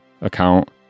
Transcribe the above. account